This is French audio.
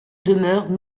demeure